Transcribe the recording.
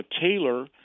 Taylor